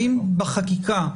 האם בחקיקה,